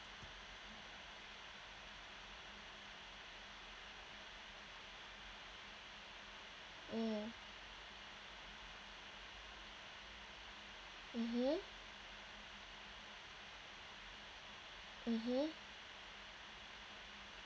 mm mmhmm mmhmm